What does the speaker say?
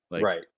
Right